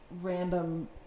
random